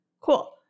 Cool